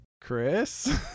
Chris